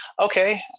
Okay